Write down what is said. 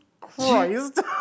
christ